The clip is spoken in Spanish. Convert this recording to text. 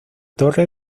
torre